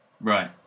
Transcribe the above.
Right